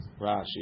Rashi